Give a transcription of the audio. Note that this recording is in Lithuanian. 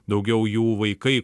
daugiau jų vaikai